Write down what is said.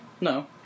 No